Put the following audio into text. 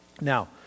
now